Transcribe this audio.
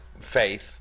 faith